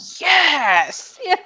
yes